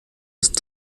ist